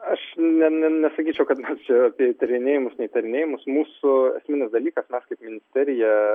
aš ne ne nesakyčiau kad čia apie įtarinėjimus neįtarinėjimus mūsų esminis dalykas mes kaip ministerija